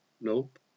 nope